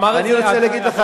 ואני רוצה להגיד לך,